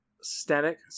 static